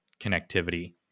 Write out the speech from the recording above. connectivity